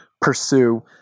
pursue